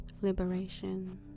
Liberation